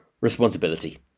responsibility